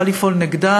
צריכות לפעול נגדה.